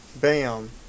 Bam